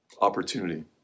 opportunity